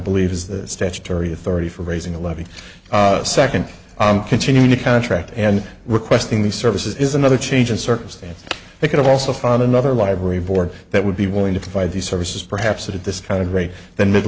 believe is the statutory authority for raising a levy second on continuing to contract and requesting these services is another change in circumstance they could also find another library board that would be willing to provide these services perhaps at this kind of rate than mid